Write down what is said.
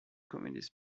communist